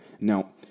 Now